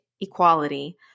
equality